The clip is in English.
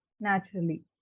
naturally